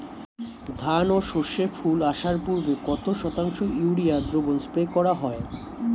ধান ও সর্ষে ফুল আসার পূর্বে কত শতাংশ ইউরিয়া দ্রবণ স্প্রে করা হয়?